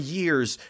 years